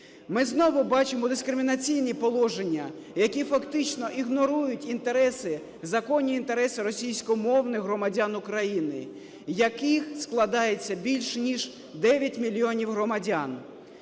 Ми знову бачимо дискримінаційні положення, які фактично ігнорують інтереси, законні інтереси російськомовних громадян України, яких складається більш ніж 9 мільйонів громадян.